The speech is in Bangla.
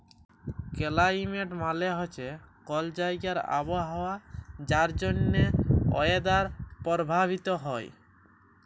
কেলাইমেট মালে হছে কল জাইগার আবহাওয়া যার জ্যনহে ওয়েদার পরভাবিত হ্যয়